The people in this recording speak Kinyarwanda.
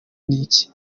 n’iki